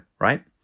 Right